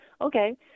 okay